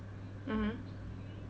mmhmm